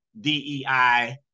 DEI